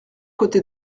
côté